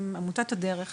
עם עמותת הדרך